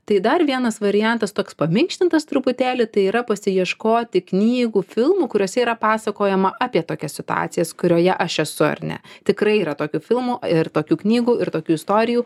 tai dar vienas variantas toks paminkštintas truputėlį tai yra pasiieškoti knygų filmų kuriuose yra pasakojama apie tokią situacijas kurioje aš esu ar ne tikrai yra tokių filmų ir tokių knygų ir tokių istorijų